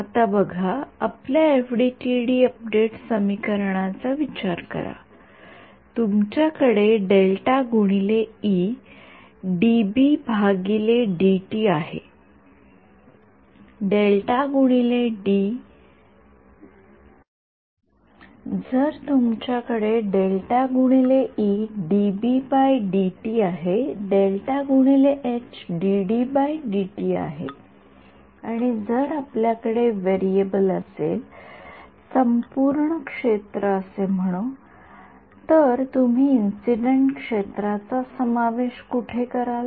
आता बघा आपल्या एफडीटीडी अपडेट समीकरणाचा विचार करा तुमच्याकडे डीबी डीटी आहे डीडी डीटी आहे आणि जर आपल्याकडे व्हेरिएबल असेल संपूर्ण क्षेत्र असे म्हणू तर तुम्ही इंसिडेन्ट क्षेत्राचा समावेश कुठे कराल